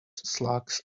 slugs